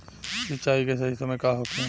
सिंचाई के सही समय का होखे?